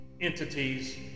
entities